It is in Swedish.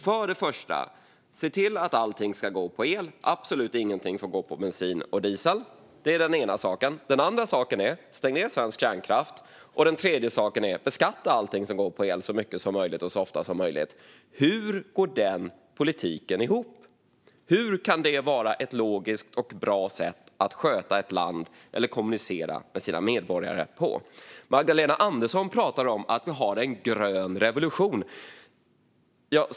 För det första: Se till att allting ska gå på el - absolut ingenting får gå på bensin och diesel! För det andra: Stäng ned svensk kärnkraft! För det tredje: Beskatta allting som går på el så mycket som möjligt och så ofta som möjligt! Hur går den politiken ihop? Hur kan det vara ett logiskt och bra sätt att sköta ett land eller kommunicera med sina medborgare på? Magdalena Andersson pratar om att vi har en grön revolution.